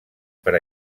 per